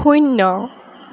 শূন্য